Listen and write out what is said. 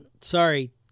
sorry